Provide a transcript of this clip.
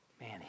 Man